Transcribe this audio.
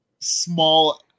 small